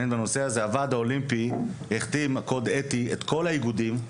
הוועד האולימפי החתים על קוד אתי את כל האיגודים.